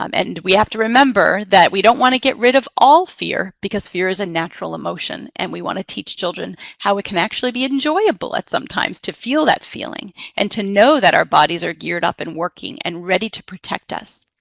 um and we have to remember that we don't want to get rid of all fear because fear is a natural emotion, and we want to teach children how it can actually be enjoyable at some times to feel that feeling and to know that our bodies are geared up and working and ready to protect us.